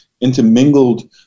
intermingled